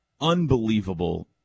unbelievable